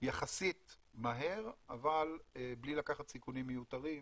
יחסית מהר, אבל בלי לקחת סיכונים מיותרים.